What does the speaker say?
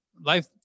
life